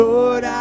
Lord